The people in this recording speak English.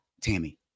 Tammy